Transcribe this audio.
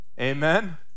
amen